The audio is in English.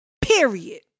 Period